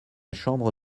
chambre